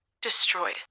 Destroyed